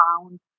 found